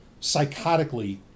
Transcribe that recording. psychotically